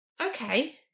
okay